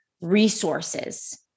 resources